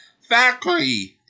Factory